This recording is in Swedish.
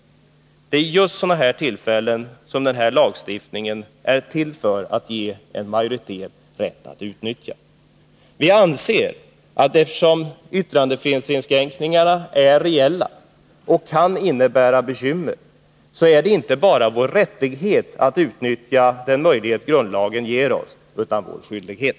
Men det är för just sådana här tillfällen som möjligheten till uppskov är till. Vi anser att eftersom yttrandefrihetsinskränkningarna är reella och kan innebära bekymmer, är det inte bara vår rättighet att utnyttja den möjlighet grundlagen ger oss, utan vår skyldighet.